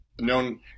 known